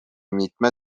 mitme